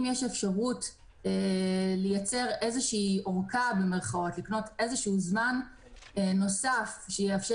יש אפשרות לייצר אורכה במירכאות לקנות זמן נוסף שיאפשר